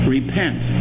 Repent